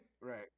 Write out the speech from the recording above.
Right